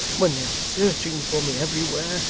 when they are searching for me everywhere,